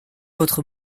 votre